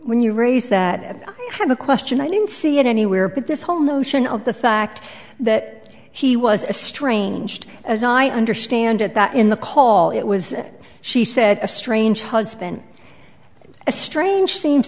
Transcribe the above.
when you raise that i have a question i didn't see it anywhere but this whole notion of the fact that he was a strange day as i understand it that in the call it was she said a strange husband a strange seems